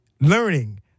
learning